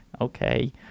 okay